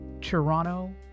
toronto